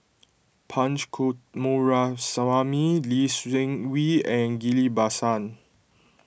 Punch Coomaraswamy Lee Seng Wee and Ghillie Basan